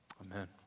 Amen